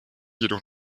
jedoch